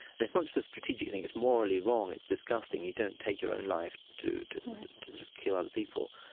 and it's not just a strategic thing it's morally wrong. it's disgusting. you don't take your own life to to sort of kill other people.